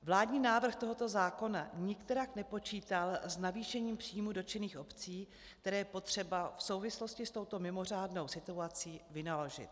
Vládní návrh tohoto zákona nikterak nepočítal s navýšením příjmů dotčených obcí, které je potřeba v souvislosti s touto mimořádnou situací vynaložit.